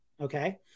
okay